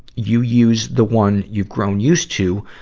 you use the one you've grown used to.